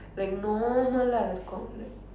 like normal lah